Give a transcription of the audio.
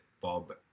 Bob